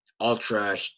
ultra